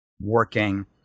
working